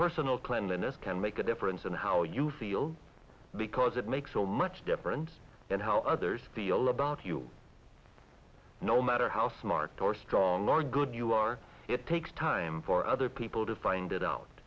personal cleanliness can make a difference in how you feel because it makes so much difference in how others feel about you no matter how smart or strong you are good you are it takes time for other people to find it out